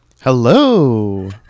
Hello